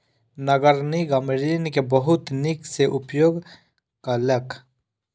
नगर निगम ऋण के बहुत नीक सॅ उपयोग केलक